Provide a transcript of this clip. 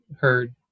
heard